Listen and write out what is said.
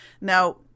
Now